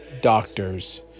Doctors